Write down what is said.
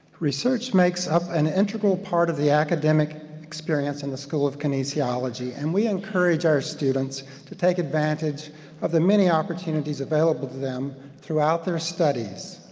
research makes up an integral part of the academic experience in the school of kinesiology, and we encourage our students to take advantage of the many opportunities available to them throughout their studies.